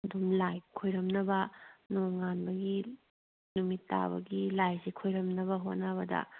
ꯑꯗꯨꯝ ꯂꯥꯏ ꯈꯨꯔꯨꯝꯅꯕ ꯅꯣꯡꯉꯥꯟꯕꯒꯤ ꯅꯨꯃꯤꯠ ꯇꯥꯕꯒꯤ ꯂꯥꯏꯁꯦ ꯈꯣꯏꯔꯝꯅꯕ ꯍꯣꯠꯅꯕꯗ